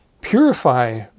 purify